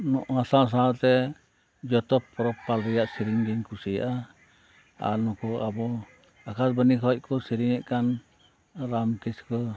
ᱚᱱᱟ ᱥᱟᱶᱛᱮ ᱡᱚᱛᱚ ᱯᱚᱨᱚᱵᱽ ᱯᱟᱞ ᱨᱮᱭᱟᱜ ᱥᱮᱨᱮᱧ ᱜᱤᱧ ᱠᱩᱥᱤᱭᱟᱜᱼᱟ ᱟᱨ ᱱᱩᱠᱩ ᱟᱵᱚ ᱟᱠᱟᱥᱵᱟᱱᱤ ᱠᱷᱚᱱ ᱠᱚ ᱥᱮᱨᱮᱧ ᱮᱫ ᱠᱟᱱ ᱨᱟᱢ ᱠᱤᱥᱠᱩ